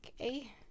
Okay